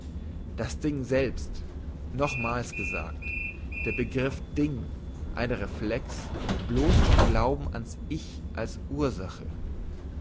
das ding selbst nochmals gesagt der begriff ding ein reflex bloss vom glauben an's ich als ursache